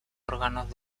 órganos